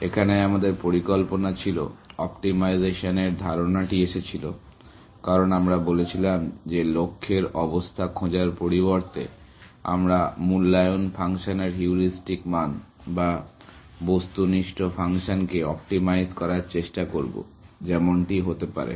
এখানে আমাদের পরিকল্পনা ছিল অপ্টিমাইজেশানের ধারণাটি এসেছিল কারণ আমরা বলেছিলাম যে লক্ষ্যের অবস্থা খোঁজার পরিবর্তে আমরা মূল্যায়ন ফাংশনের হিউরিস্টিক মান বা বস্তুনিষ্ঠ ফাংশনকে অপ্টিমাইজ করার চেষ্টা করব যেমনটি হতে পারে